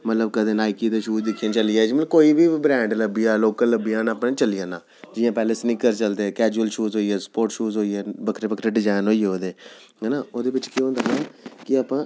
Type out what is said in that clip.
कदें नाईकी दे शूज़ दिक्खियै चली जा जि'यां कोई बी शूज़ कोई बी ब्रैन्ड लब्भी जान लोकल लब्भी जान अपने चली जाना जि'यां पैह्लें स्निकर चलदे हे कैजुअल शूज़ होइये स्पोर्ट शूज़ होइये बक्खरे बक्खरे डिजाईन होइये ओह्दे ऐना ओह्दे बिच केह् होंदा हा कि अपने